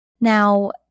Now